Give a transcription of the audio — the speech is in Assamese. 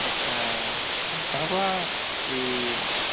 আচ্ছা তাৰপৰা এই